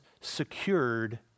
secured